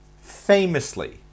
famously